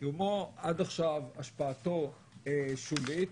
עד עכשיו השפעתו שולית.